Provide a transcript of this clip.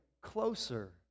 closer